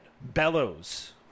bellows